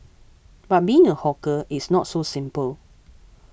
but being a hawker it's not so simple